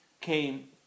came